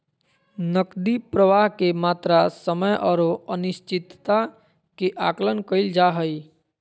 नकदी प्रवाह के मात्रा, समय औरो अनिश्चितता के आकलन कइल जा हइ